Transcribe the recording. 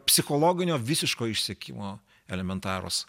psichologinio visiško išsekimo elementarūs